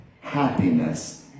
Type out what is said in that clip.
happiness